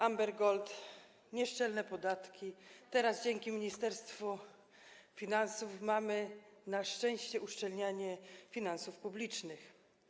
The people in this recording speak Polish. Amber Gold, nieszczelne podatki, teraz dzięki Ministerstwu Finansów mamy na szczęście uszczelnianie finansów publicznych.